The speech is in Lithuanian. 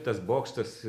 tas bokštas